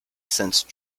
since